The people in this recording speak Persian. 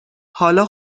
حالا